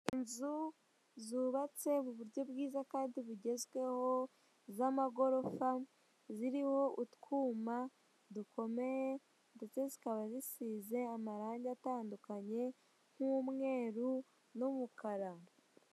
Inzu zubatse muburyo bwiza kandi bugezweho za amagorofa, ziriho utwuma dukomeye ndetse zikaba zisize amarange atandukanye nk'umeru n'umukara.